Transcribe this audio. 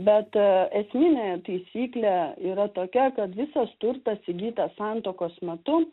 bet esminė taisyklė yra tokia kad visas turtas įgytas santuokos metu